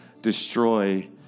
destroy